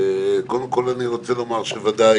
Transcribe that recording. קודם כל אני רוצה לומר שחבריי